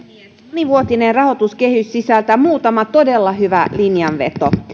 monivuotinen rahoituskehys sisältää muutaman todella hyvän linjanvedon